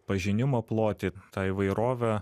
pažinimo plotį tą įvairovę